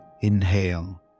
Inhale